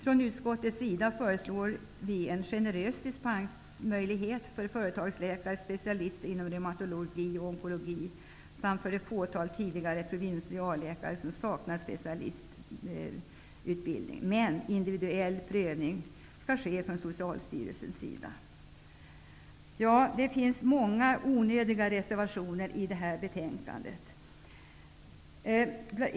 Från utskottets sida föreslår vi en generös dispensmöjlighet för företagsläkare, specialister inom reumatologi och onkologi samt för det fåtal tidigare provinsialläkare som saknar specialistutbildning. Men en individuell prövning skall göras av Socialstyrelsen. Det finns många onödiga reservationer i det här betänkandet.